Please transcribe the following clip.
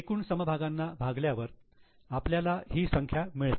एकूण समभागांनी भागल्यावर आपल्याला ही संख्या मिळते